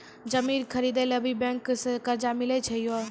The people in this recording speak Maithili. जमीन खरीदे ला भी बैंक से कर्जा मिले छै यो?